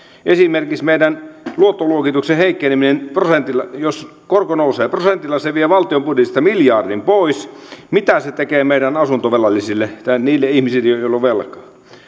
esimerkiksi meidän luottoluokituksemme heikkeneminen jos korko nousee prosentilla se vie valtion budjetista miljardin pois mitä se tekee meidän asuntovelallisille tai niille ihmisille joilla on velkaa